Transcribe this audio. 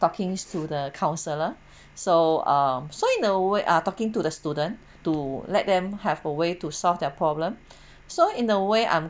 talking to the counselor so um so in a way ah talking to the student to let them have a way to solve their problem so in a way I'm